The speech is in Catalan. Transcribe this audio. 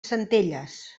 centelles